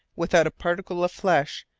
without a particle of flesh,